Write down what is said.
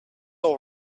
all